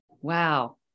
Wow